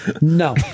No